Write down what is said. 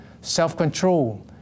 self-control